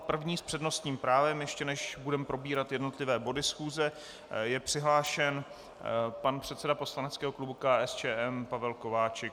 První s přednostním právem, ještě než budeme probírat jednotlivé body schůze, je přihlášen pan předseda poslaneckého klubu KSČM Pavel Kováčik.